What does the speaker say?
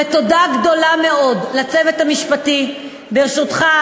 ותודה גדולה מאוד לצוות המשפטי בראשותך,